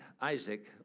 Isaac